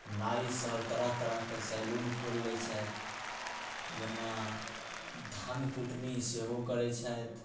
नाईसब तरह तरहके सैलून खोलि लै छथि जेना धान कुटनी सेहो करै छथि